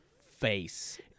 face